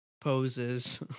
poses